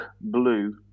blue